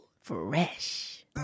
Fresh